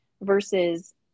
versus